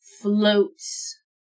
floats